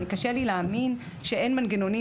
קשה לי להאמין שאין מנגנונים,